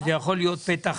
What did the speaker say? שזה יכול להוות פתח